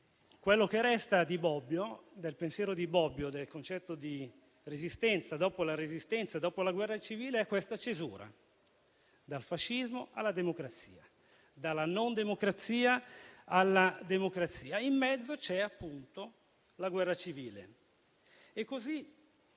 quello che resta del pensiero di Bobbio sul concetto di Resistenza, dopo la Resistenza, dopo la guerra civile, è questa cesura: dal fascismo alla democrazia, dalla non democrazia alla democrazia e in mezzo c'è la guerra civile. E così la descrive,